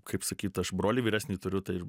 kaip sakyt aš brolį vyresnį turiu tai